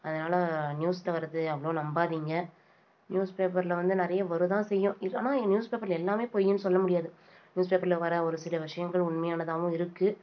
அதனால் நியூஸ்ல வர்றது அவ்வளோ நம்பாதீங்க நியூஸ்பேப்பர்ல வந்து நிறைய வரதான் செய்யும் இல் ஆனால் இங்கே நியூஸ்பேப்பர்ல எல்லாமே பொய்யின்னு சொல்ல முடியாது நியூஸ்பேப்பர்ல வர ஒரு சில விஷயங்கள் உண்மையானதாகவும் இருக்குது